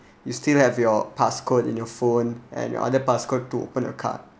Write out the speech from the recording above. you still have your passcode in your phone and your other passcode to open the card